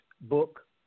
book